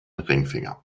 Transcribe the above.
ringfinger